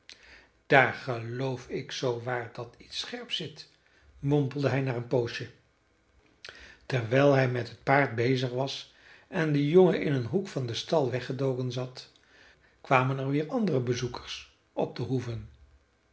daar geloof ik zoowaar dat iets scherps zit mompelde hij na een poosje terwijl hij met het paard bezig was en de jongen in een hoek van den stal weggedoken zat kwamen er weer andere bezoekers op de hoeve